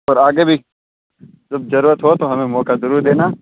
और आगे भी जब ज़रूरत हो तो हमें मौका ज़रूर देना